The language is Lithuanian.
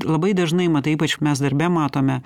labai dažnai matai ypač mes darbe matome